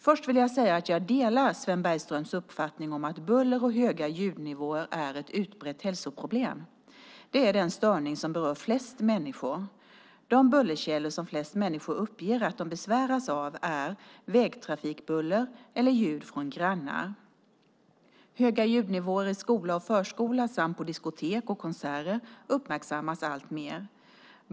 Först vill jag säga att jag delar Sven Bergströms uppfattning att buller och höga ljudnivåer är ett utbrett hälsoproblem. Det är den störning som berör flest människor. De bullerkällor som flest människor uppger att de besväras av är vägtrafikbuller eller ljud från grannar. Höga ljudnivåer i skola och förskola samt på diskotek och konserter uppmärksammas alltmer.